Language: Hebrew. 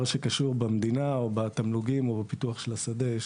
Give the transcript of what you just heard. שקשור במדינה או בתמלוגים או בפיתוח של השדה,